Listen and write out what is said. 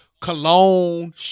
cologne